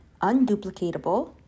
unduplicatable